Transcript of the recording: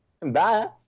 Bye